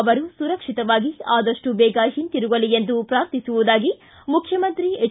ಅವರು ಸುರಕ್ಷಿತವಾಗಿ ಆದಷ್ಟು ದೇಗ ಹಿಂತಿರುಗಲಿ ಎಂದು ಪ್ರಾರ್ಥಿಸುವುದಾಗಿ ಮುಖ್ಯಮಂತ್ರಿ ಎಚ್